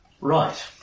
Right